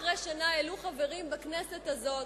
שנה אחרי שנה העלו חברים בכנסת הזאת,